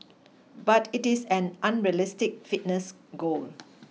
but it is an unrealistic fitness goal